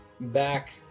back